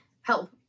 help